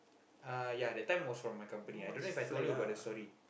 uh ya that time was from my company I don't know If I told you about the story